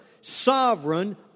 sovereign